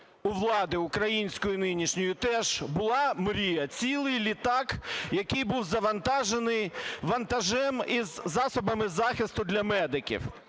у влади української нинішньої, теж була "Мрія" – цілий літак, який був завантажений вантажем із засобами захисту для медиків.